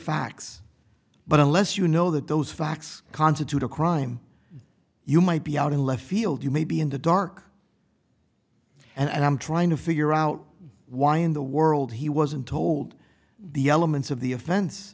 facts but unless you know that those facts constitute a crime you might be out in left field you may be in the dark and i'm trying to figure out why in the world he wasn't told the elements of the offense